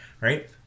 right